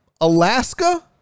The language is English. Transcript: Alaska